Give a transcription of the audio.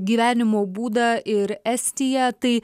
gyvenimo būdą ir estiją tai